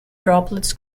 droplets